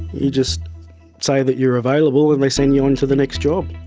you just say that you're available and they send you on to the next job.